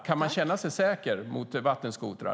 Kan man känna sig säker mot vattenskotrar?